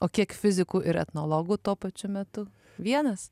o kiek fizikų ir etnologų tuo pačiu metu vienas